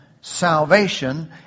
salvation